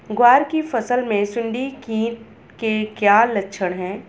ग्वार की फसल में सुंडी कीट के क्या लक्षण है?